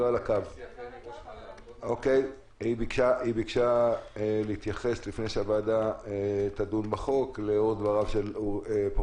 לא נבחנת או אולי נבחנה סוגיה של האזיקונים